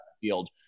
field